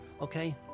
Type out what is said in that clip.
Okay